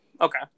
Okay